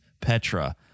Petra